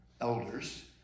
elders